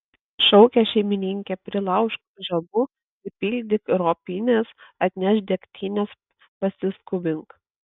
šaukė šeimininkė prilaužk žabų pripildyk ropines atnešk degtinės pasiskubink